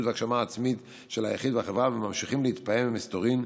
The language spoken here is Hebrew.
והגשמה עצמית של היחיד והחברה וממשיכים להתפעם ממסתורין,